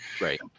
Right